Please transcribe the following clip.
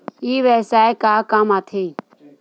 ई व्यवसाय का काम आथे?